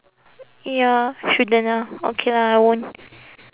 ya shouldn't ah okay lah I won't